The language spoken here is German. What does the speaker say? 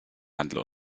handle